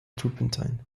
turpentine